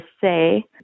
say